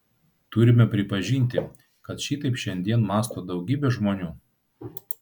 turime pripažinti kad šitaip šiandien mąsto daugybė žmonių